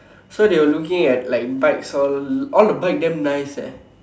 so they were looking at like bikes all all the bikes are damn nice eh